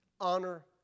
Honor